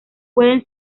pueden